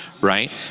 right